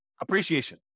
appreciation